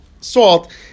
salt